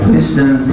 Wisdom